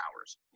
hours